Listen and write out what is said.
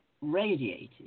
radiated